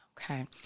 Okay